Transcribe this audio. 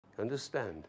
understand